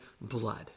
blood